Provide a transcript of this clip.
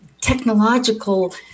technological